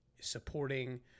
supporting